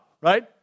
right